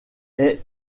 est